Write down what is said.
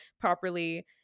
properly